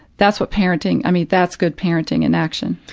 that's what parenting i mean, that's good parenting in action.